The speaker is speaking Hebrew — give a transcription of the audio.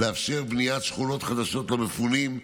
לאפשר בניית שכונות חדשות למפונים,